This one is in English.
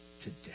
today